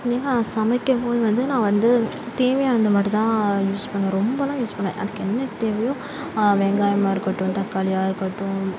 சமைக்கும்போது வந்து நான் வந்து தேவையானது மட்டுந்தான் யூஸ் பண்ணுவேன் ரொம்பலான் யூஸ் பண்ணல அதுக்கு என்ன தேவையோ வெங்காயமாக இருக்கட்டும் தக்காளியாக இருக்கட்டும்